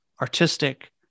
artistic